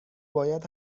باید